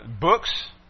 books